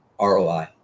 ROI